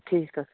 ٹھیٖک حظ